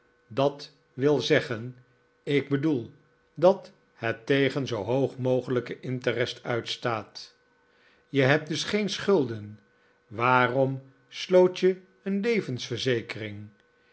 dat wil zeggen ik bedoel dat het tegen zoo hoog mogelijken interest uitstaat je hebt dus geen schulden waarom sloot je een levensverzekering